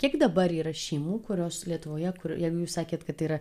kiek dabar yra šeimų kurios lietuvoje kur jeigu jūs sakėt kad tai yra